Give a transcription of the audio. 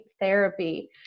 therapy